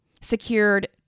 secured